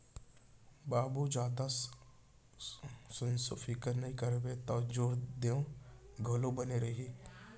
बाबू जादा संसो फिकर नइ करबे तौ जोर देंव घलौ बने रही